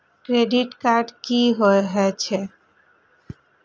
Credit card की हे छे?